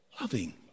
loving